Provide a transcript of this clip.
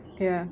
ya